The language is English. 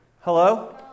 Hello